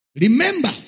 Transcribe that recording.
remember